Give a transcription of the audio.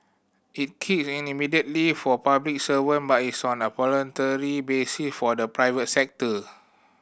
it kick in immediately for public servant but is on a voluntary basis for the private sector